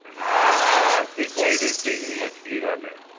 ہاں ہاں سپول ڈسٹک میں مچھلی والے ہیں